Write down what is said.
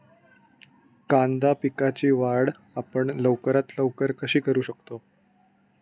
कांदा पिकाची वाढ आपण लवकरात लवकर कशी करू शकतो?